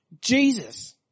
Jesus